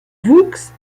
wuchs